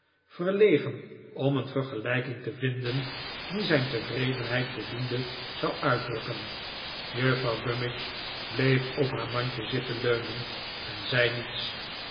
verlegen om een vergelijking te vinden die zijn tevredenheid voldoende zou uitdrukken juffrouw gummidge bleef op haar mandje zitten leunen en zei niets